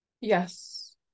Yes